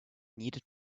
needed